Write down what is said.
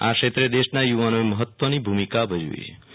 આ ક્ષેત્રે દેશના યુવાનોએ મહત્વની ભુમિકા ભજવી છિ